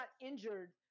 injured